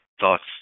thoughts